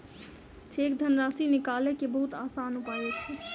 cheque धनराशि निकालय के बहुत आसान उपाय अछि